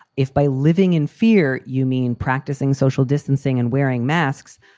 if by living in fear, you mean practicing social distancing and wearing masks,